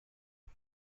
rua